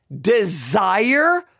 desire